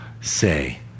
say